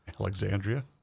Alexandria